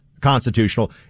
constitutional